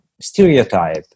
stereotype